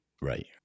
Right